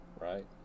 right